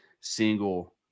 single